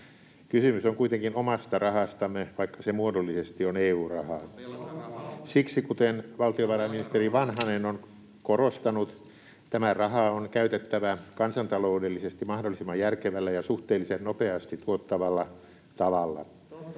Kysymys on kuitenkin omasta rahastamme, vaikka se muodollisesti on EU-rahaa. [Timo Heinonen: Velkarahaa!] Siksi, kuten valtiovarainministeri Vanhanen on korostanut, tämä raha on käytettävä kansantaloudellisesti mahdollisimman järkevällä ja suhteellisen nopeasti tuottavalla tavalla.